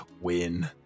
win